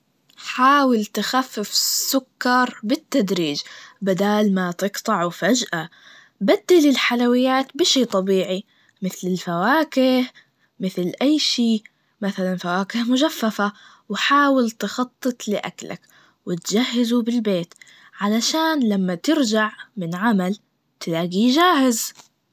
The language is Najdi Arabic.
حاول تخفف السسكر بالتدريج, بدال ما تقطعه فجأة, بدل الحلويات بشي طبيعي, مثل الفواكه, مثل أي شي, مثلاً فاكهة مجففة, وحاول تخطط لأكلك وتجهزه بالبيت, علشان لما ترجع مالعمل تلاقيه جاهز.